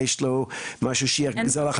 אולי יש לו משהו שיעזור לנו.